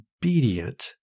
obedient